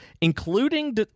including